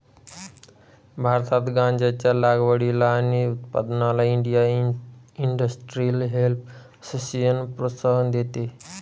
भारतात गांज्याच्या लागवडीला आणि उत्पादनाला इंडिया इंडस्ट्रियल हेम्प असोसिएशन प्रोत्साहन देते